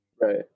Right